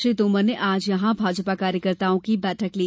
श्री तोमर ने आज यहां भाजपा कार्यकर्ताओं की बैठक ली